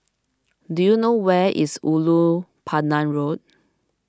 do you know where is Ulu Pandan Road